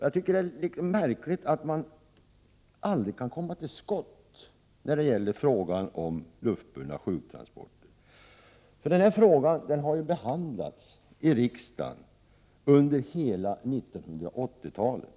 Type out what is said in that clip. Jag anser det vara något märkligt att man aldrig kan komma till skott när det gäller frågan om luftburna sjuktransporter. Denna fråga har behandlats i riksdagen under hela 1980-talet.